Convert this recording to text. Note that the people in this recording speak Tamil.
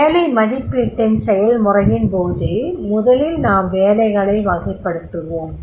வேலை மதிப்பீட்டின் செயல் முறையின்போது முதலில் நாம் வேலைகளை வகைப்படுத்துவோம்